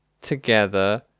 together